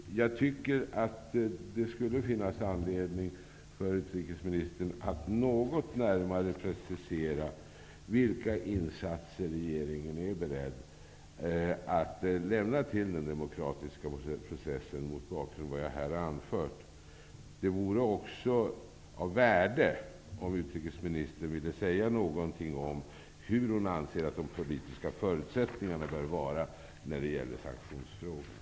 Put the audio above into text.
Jag tycker att det skulle finnas anledning för utrikesministern att något närmare precisera vilka insatser regeringen är beredd att göra för den demokratiska och fredliga processen, mot bakgrund av vad jag här har anfört. Det vore också av värde om utrikesministern ville säga någonting om hurdana hon anser att de politiska förutsättningarna bör vara när det gäller sanktionsfrågan.